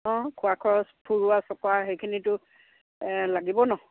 অঁ খোৱা খৰচ ফুৰোৱা চকোৱা সেইখিনিতো লাগিব নহ্